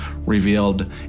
revealed